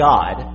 God